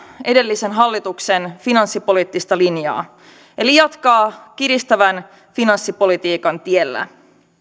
edellisen hallituksen finanssipoliittista linjaa eli jatkaa kiristävän finanssipolitiikan tiellä